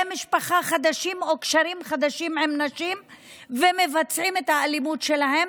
משפחה חדשים או קשרים חדשים עם נשים ומבצעים את האלימות שלהם,